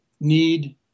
need